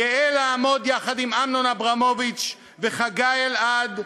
גאה לעמוד יחד עם אמנון אברמוביץ וחגי אלעד,